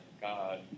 God